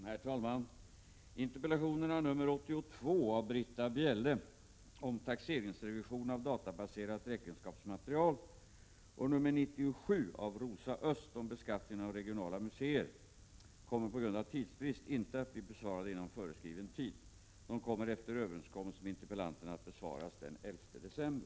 Herr talman! Interpellationerna 82 av Britta Bjelle om taxeringsrevision av databaserat räkenskapsmaterial och 97 av Rosa Östh om beskattningen av regionala museer kommer på grund av tidsbrist inte att bli besvarade inom föreskriven tid. De kommer efter överenskommelse med interpellanterna att besvaras den 11 december.